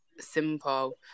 simple